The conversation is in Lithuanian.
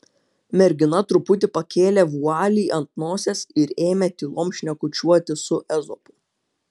mergina truputį pakėlė vualį ant nosies ir ėmė tylom šnekučiuoti su ezopu